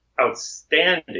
outstanding